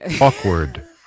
awkward